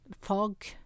fog